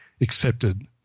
accepted